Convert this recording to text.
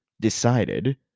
decided